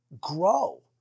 grow